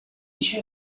each